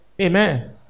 amen